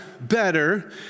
better